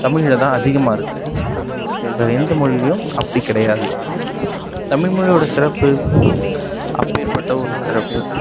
தமிழில்தான் அதிகமாயிருக்கு வேறு எந்த மொழிலையும் அப்படி கிடையாது தமிழ் மொழியோடய சிறப்பு அப்பேர்பட்ட ஒரு சிறப்பு